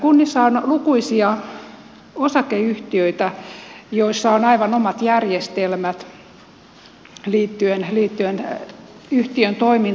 kunnissa on lukuisia osakeyhtiöitä joissa on aivan omat järjestelmät liittyen yhtiön toimintoihin